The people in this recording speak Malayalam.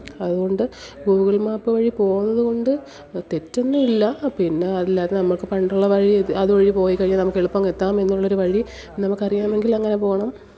അതുകൊണ്ട് ഗൂഗിള് മാപ്പ് വഴി പോകുന്നത് കൊണ്ട് തെറ്റൊന്നുമില്ല അ പിന്നെ അതില്ലാതെ നമുക്ക് പണ്ടുള്ള വഴി അത് വഴി പോയിക്കഴിഞ്ഞാൽ നമ്മൾക്ക് എളുപ്പം അങ്ങെത്താം എന്നുള്ള ഒരു വഴി നമ്മൾക്ക് അറിയാമെങ്കില് അങ്ങനെ പോകണം